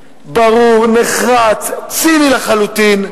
ברור, נחרץ, ציני לחלוטין,